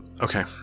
okay